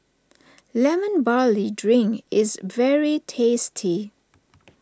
Lemon Barley Drink is very tasty